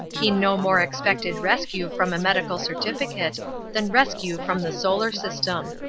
he no more expected rescue from a medical certificate than rescue from the solar system.